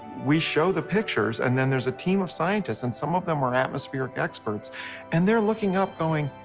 we show the pictures and then there's a team of scientists and some of them are atmospheric experts and they are looking up going,